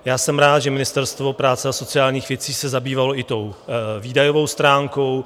Já jsem rád, že Ministerstvo práce a sociálních věcí se zabývalo i tou výdajovou stránkou.